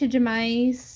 Demais